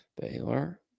Baylor